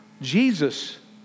Jesus